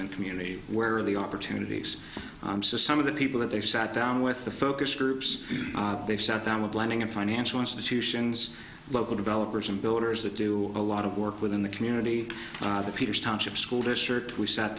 the community where the opportunities are some of the people that they sat down with the focus groups they've sat down with planning and financial institutions local developers and builders that do a lot of work within the community and the peters township school district we sat